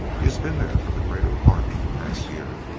has been there for the greater part of the past year.